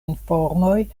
informoj